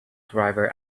driver